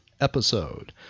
episode